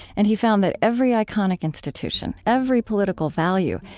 and he found that every iconic institution, every political value,